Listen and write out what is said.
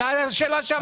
זאת השאלה שעמדה פה.